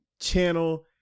channel